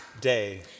Day